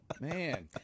Man